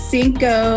Cinco